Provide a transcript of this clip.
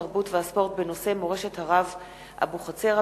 התרבות והספורט בנושא: מורשת הרב אבוחצירא.